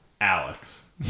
Alex